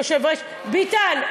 ביטן,